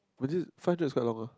was it find to a swallower